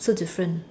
so different